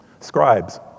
Scribes